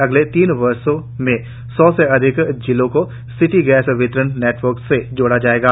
अगले तीन वर्षों में सौ से अधिक जिलों को सिटी गैस वितरण नेटवर्क से जोड़ा जायेगा